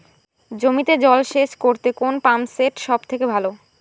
জমিতে জল সেচ করতে কোন পাম্প সেট সব থেকে ভালো?